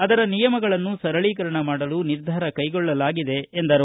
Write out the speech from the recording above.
ಅದರ ನಿಯಮಗಳನ್ನು ಸರಳೀಕರಣ ಮಾಡಲು ನಿರ್ಧಾರ ಕೈಗೊಳ್ಳಲಾಗಿದೆ ಎಂದರು